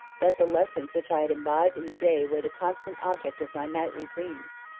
that the lessons which i had imbibed in the day were the constant object of my nightly dreams.